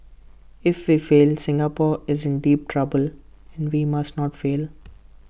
if we fail Singapore is in deep trouble and we must not fail